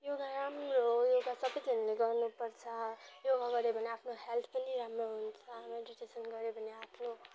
योगा राम्रो हो योगा सबैजनाले गर्नु पर्छ योगा गर्यो भने आफ्नो हेल्थ पनि राम्रो हुन्छ मेडिटेसन गर्यो भने आफ्नो